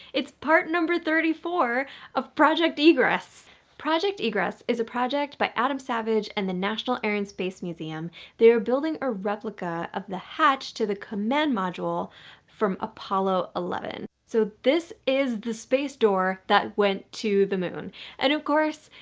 it's part number thirty four of project egress project egress is a project by adam savage and the national air and space museum they are building a replica of the hatch to the command module from apollo eleven. so this is the space door that went to the moon and of course,